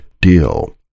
deal